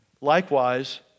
likewise